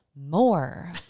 More